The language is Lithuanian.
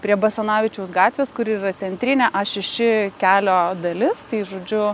prie basanavičiaus gatvės kur yra centrinė a šeši kelio dalis tai žodžiu